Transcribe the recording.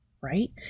right